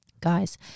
Guys